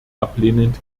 ablehnend